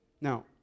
Now